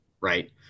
Right